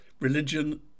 religion